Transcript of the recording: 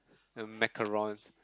the macaroon